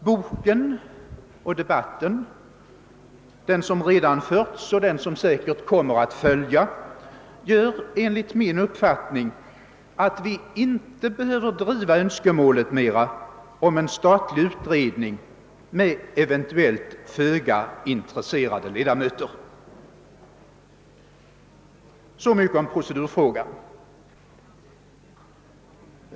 Boken och debatten -—— den som redan har förts och den som säkert kommer att följa — gör enligt min uppfattning att vi inte behöver driva önskemålet mer om en statlig utredning med eventuellt föga intresserade ledamöter. — Så mycket om procedurfrågan.